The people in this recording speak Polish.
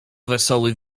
wesoły